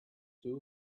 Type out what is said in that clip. two